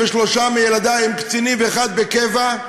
שלושה מילדי הם קצינים ואחד בקבע.